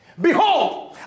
Behold